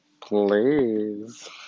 please